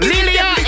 Lilia